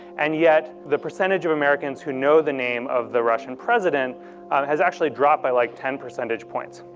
and yet, the percentage of americans who know the name of the russian president has actually dropped by like ten percentage points.